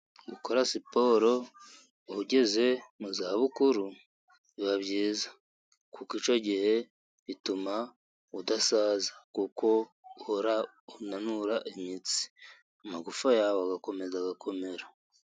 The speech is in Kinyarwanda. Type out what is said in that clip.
Gukora siporo ugeze mu za bukuru biba byiza, kuko icyo gihe bituma udasaza kuko uhora unanura imitsi, amagufa yawe agakomeza agakomera.